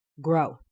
grow